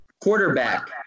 Quarterback